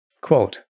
Quote